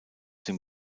dem